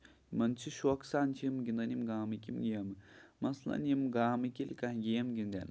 یِمن چھُ شوقہٕ سان چھِ گندان یِم گامٕکۍ یِم مَسلاً گامٕکۍ ییٚلہِ کانہہ گیم گِندن